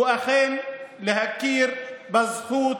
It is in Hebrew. הוא אכן להכיר בזכות,